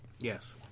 Yes